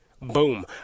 Boom